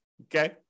okay